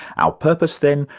our purpose, then,